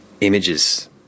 images